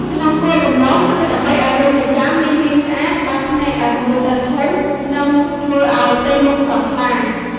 ក្នុងគោលបំណងគឺដើម្បីឲ្យរោមចិញ្ចើមមានរាងស្អាត បើកភ្នែកឲ្យមើលទៅធំ និងធ្វើឲ្យផ្ទៃមុខស្រស់ថ្លា។